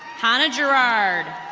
hannah gerard.